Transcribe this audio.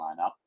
lineup